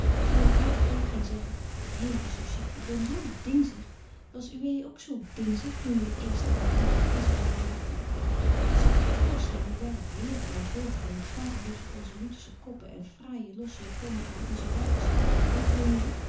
raadplegen en zeggen heden zusje ik ben zo dingzig was uwé ook zo dingzig toen je eerst aan die droevige kiespyn raakte als ik my voorstel hoe wy heren en voogden met vaderliefs op onze lutersche koppen en fraaije losse japonnen aan onze wyfjes agter